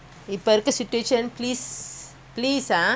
இப்பஇருக்க:ipa irukka situation please please ah